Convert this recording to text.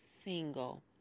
single